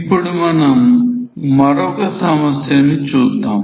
ఇప్పుడు మనం మరొక సమస్యను చూద్దాం